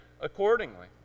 accordingly